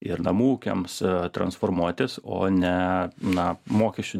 ir namų ūkiams transformuotis o ne na mokesčių